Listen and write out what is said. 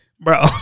Bro